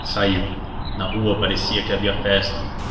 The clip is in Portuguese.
saiu na rua parecia que havia festa